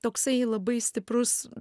toksai labai stiprus